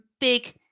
big